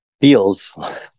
feels